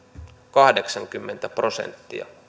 kahdeksankymmentä prosenttia